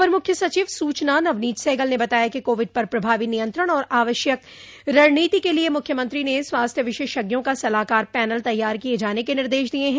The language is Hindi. अपर मुख्य सचिव सूचना नवनीत सहगल ने बताया है कि कोविड पर प्रभावी नियंत्रण और आवश्यक रणनीति के लिये मुख्यमंत्री ने स्वास्थ्य विशेषज्ञों का सलाहकार पैनल तैयार किये जाने के निर्देश दिये हैं